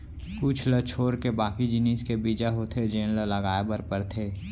कुछ ल छोरके बाकी जिनिस के बीजा होथे जेन ल लगाए बर परथे